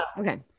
Okay